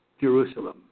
Jerusalem